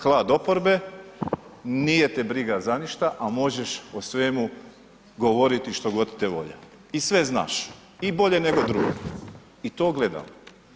Hlad oporbe, nije te briga za ništa, a možeš o svemu govoriti što god te volja i sve znaš i bolje nego drugi i to gledamo.